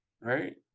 Right